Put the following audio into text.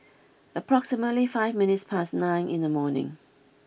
approximately five minutes past nine in the morning